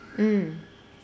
mm